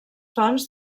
fonts